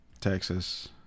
Texas